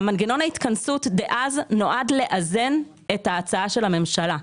מנגנון ההתכנסות דאז נועד לאזן את ההצעה של הממשלה,